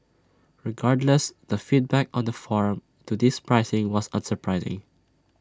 regardless the feedback on the forum to this pricing was unsurprising